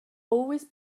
always